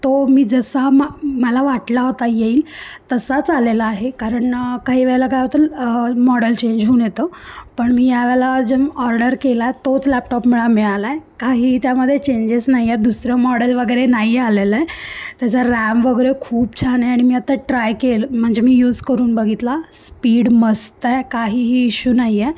तो मी जसा मा मला वाटला होता येईल तसाच आलेला आहे कारण काही वेळेला काय होतं मॉडल चेंज होऊन येत पण मी यावेळी जे ऑर्डर केला तोच लॅपटॉप मला मिळाला आहे काहीही त्यामध्ये चेंजेस नाही आहे दुसरं मॉडेल वगैरे नाही आलेलं आहे त्याचा रॅम वगैरे खूप छान आहे आणि मी आता ट्राय केल म्हणजे मी यूज करून बघितला स्पीड मस्त आहे काहीही इश्यू नाही आहे